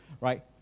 right